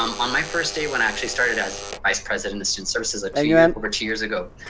um on my first day, when i actually started as vice president of student services, ah two years, over two years ago,